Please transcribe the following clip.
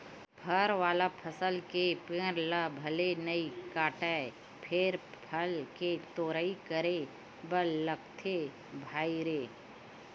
फर वाला फसल के पेड़ ल भले नइ काटय फेर फल के तोड़ाई करे बर लागथे भईर